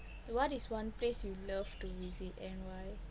what is one place you love to visit and why